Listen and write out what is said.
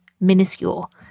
minuscule